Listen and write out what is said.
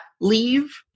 leave